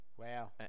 Wow